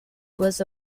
was